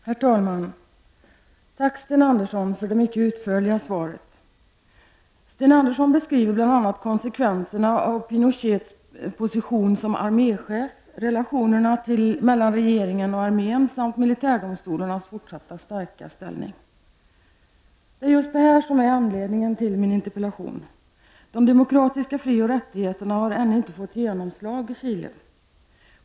Herr talman! Tack, Sten Andersson, för det mycket utförliga svaret! Sten Andersson beskriver bl.a. konsekvenserna av Pinochets position som arméchef, relationerna mellan regeringen och armén samt militärdomstolarnas fortsatt starka ställning. Det är just detta som är anledningen till min interpellation. De demokratiska fri och rättigheterna har ännu inte fått genomslag i Chile.